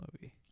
movie